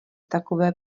takové